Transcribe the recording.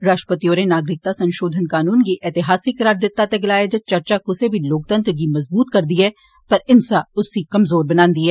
राश्ट्रपति होर्रे नागरिकता संषोधन कनून गी ऐतिहासिक करार दिता ते गलाया जे चर्चा क्सै बी लोकतंत्र गी मजबूत करदी ऐ पर हिंसा इस्सी कमजोर बनान्दी ऐ